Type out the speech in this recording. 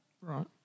Right